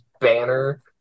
banner